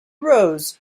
rose